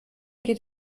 geht